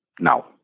now